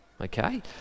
Okay